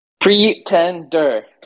Pretender